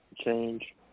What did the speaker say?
Change